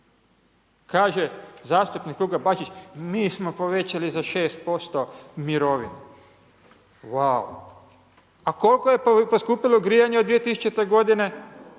ne razumije./... mi smo povećali za 6% mirovine, uvau. A koliko je poskupilo grijanje od 2000. godine?